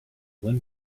when